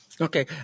Okay